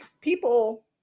people